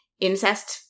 incest